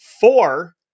Four